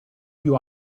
più